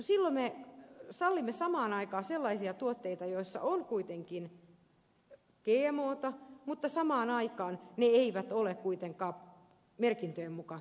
silloin me sallimme samaan aikaan sellaisia tuotteita joissa on kuitenkin gmota mutta samaan aikaan ne eivät ole kuitenkaan merkintöjen mukaan gmo tuotteita